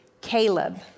Caleb